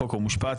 חוק ומשפט.